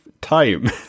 time